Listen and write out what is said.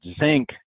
zinc